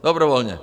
Dobrovolně.